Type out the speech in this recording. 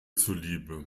zuliebe